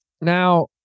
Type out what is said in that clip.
Now